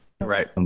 right